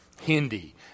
Hindi